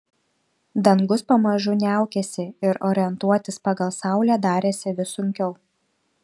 dangus pamažu niaukėsi ir orientuotis pagal saulę darėsi vis sunkiau